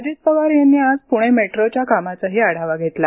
अजित पवार यांनी आज पुणे मेट्रोच्या कामाचाही आढावा घेतला